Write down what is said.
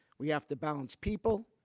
we have to balance people,